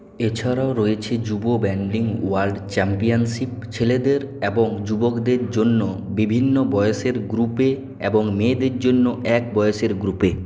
এছাড়াও রয়েছে যুব ব্যান্ডি ওয়ার্ল্ড চ্যাম্পিয়নশিপ ছেলেদের এবং যুবকদের জন্য বিভিন্ন বয়সের গ্রুপে এবং মেয়েদের জন্য এক বয়সের গ্রুপে